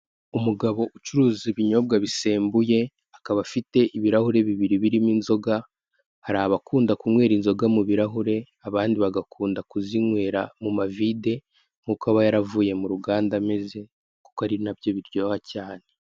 Umugabo ucuruza ibinyobwa bisembuye, akaba afite ibirahuri bibiri birimo inzoga, hari abakunda kunywera inzoga mu birahure, abandi bagakunda kuzinywera mu mavide nk'uko aba yaravuye muruganda ameze kuko arinabyo biryoha cyane.